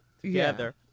together